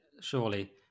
Surely